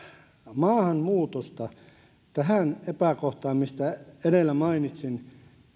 maahanmuutosta tähän epäkohtaan mistä edellä mainitsin